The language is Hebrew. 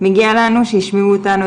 מגיע לנו שישמעו אותנו,